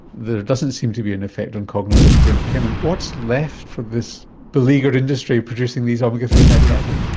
there doesn't seem to be an effect on cognitive impairment. what is left for this beleaguered industry producing these omega three fatty acids?